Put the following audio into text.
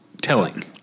telling